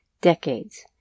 decades